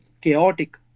chaotic